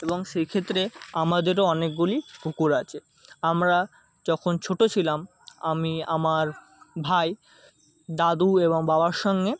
এবং সেক্ষেত্রে আমাদেরও অনেকগুলি পুকুর আছে আমরা যখন ছোটো ছিলাম আমি আমার ভাই দাদু এবং বাবার সঙ্গে